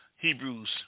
Hebrews